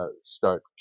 start